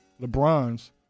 LeBrons